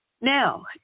Now